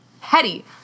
Hetty